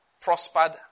prospered